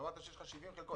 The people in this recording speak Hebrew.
אמרת שיש שם 70 חלקות.